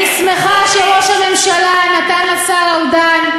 אני שמחה שראש הממשלה נתן לשר ארדן,